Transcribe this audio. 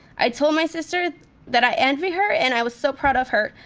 i told my sister that i envy her and i was so proud of her.